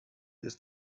ist